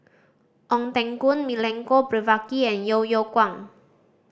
Ong Teng Koon Milenko Prvacki and Yeo Yeow Kwang